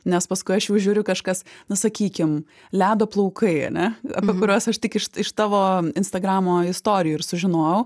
nes paskui aš jau žiūriu kažkas na sakykim ledo plaukai ane apie kuriuos aš tik iš iš tavo instagramo istorijų ir sužinojau